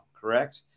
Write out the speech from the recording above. correct